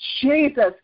Jesus